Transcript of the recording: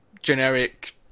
generic